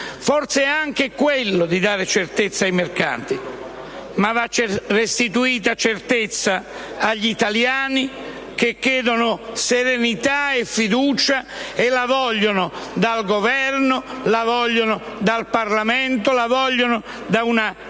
Forse, è anche quello di dare certezza ai mercati, ma va restituita certezza agli italiani che chiedono serenità e fiducia, e la vogliono dal Governo, dal Parlamento, da una classe